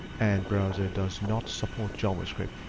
and browser does not support javascript,